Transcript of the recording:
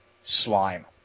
slime